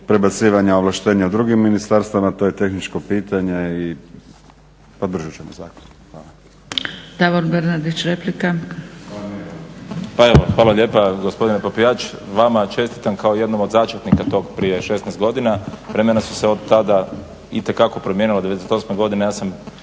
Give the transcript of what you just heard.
prebacivanja ovlaštenja u druga ministarstva. To je tehničko pitanje i podržat ćemo zakon.